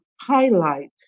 highlight